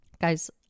Guys